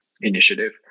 initiative